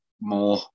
more